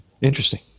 Interesting